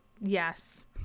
Yes